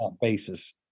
basis